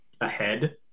ahead